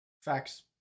Facts